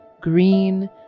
green